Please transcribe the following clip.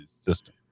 system